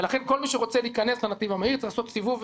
ולכן כל מי שרוצה להיכנס לנתיב המהיר צריך לעשות סיבוב,